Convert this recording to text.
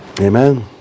Amen